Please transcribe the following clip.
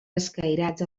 escairats